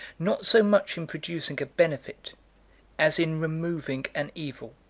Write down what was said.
not so much in producing a benefit as in removing an evil.